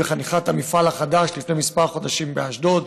בחניכת המפעל החדש לפני כמה חודשים באשדוד,